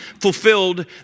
fulfilled